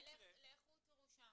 לכול תראו בגנים.